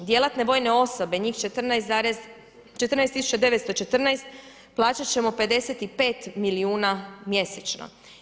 Djelatne vojne osobe, njih 14 914, plaćat ćemo 55 milijuna mjesečno.